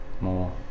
more